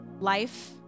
life